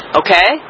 okay